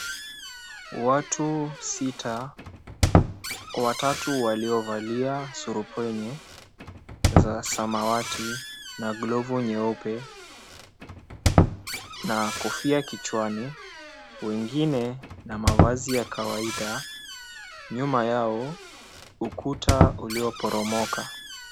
Watu sita, watatu waliovalia surupwenye za samwati na glovu nyeupe na kofia kichwani. Wengine na mavazi ya kawaida. Nyuma yao, ukuta ulioporomoka.